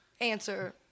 answer